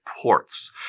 ports